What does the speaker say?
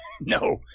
No